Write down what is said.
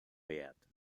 beat